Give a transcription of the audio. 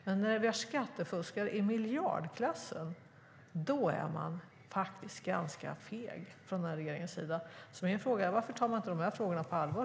Men när vi har skattefuskare i miljardklassen är man faktiskt ganska feg från regeringens sida. Min fråga är: Varför tar man inte de här frågorna på allvar?